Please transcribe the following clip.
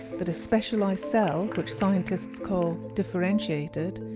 that a specialized cell, which scientists call differentiated,